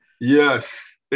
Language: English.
Yes